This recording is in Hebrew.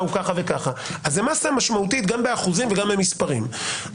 זו מסה משמעותית גם באחוזים וגם במספרים.